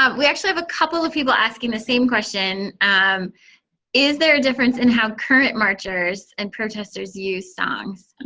um we actually have a couple of people asking the same question. and is there a difference in how current marchers and protesters use songs?